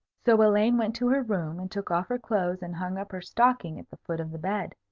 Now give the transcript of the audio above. so elaine went to her room, and took off her clothes, and hung up her stocking at the foot of the bed.